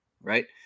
right